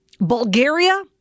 Bulgaria